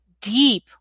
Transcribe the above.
deep